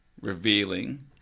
revealing